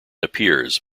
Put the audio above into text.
appears